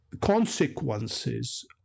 consequences